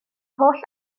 holl